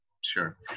sure